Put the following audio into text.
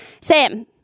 Sam